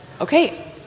Okay